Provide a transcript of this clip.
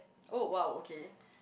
oh !wow! okay